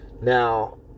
Now